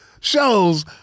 shows